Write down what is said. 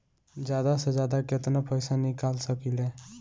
जादा से जादा कितना पैसा निकाल सकईले?